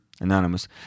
Anonymous